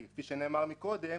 כפי שנאמר קודם,